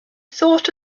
thought